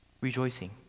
rejoicing